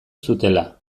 zutela